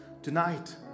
tonight